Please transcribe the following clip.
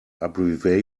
ballistic